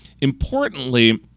importantly